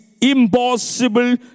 impossible